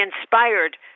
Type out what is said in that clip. inspired